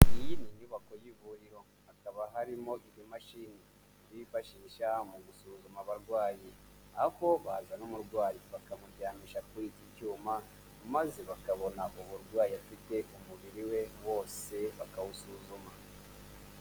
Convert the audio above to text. Iyi ni nyubako y'ivuriro, hakaba harimo imashini bifashisha mu gusuzuma abarwayi, aho bazana umurwayi bakamuryamisha kuri iki cyuma, maze bakabona uburwayi afite umubiri we wose bakawusuzuma.